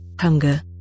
hunger